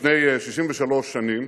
לפני 63 שנים,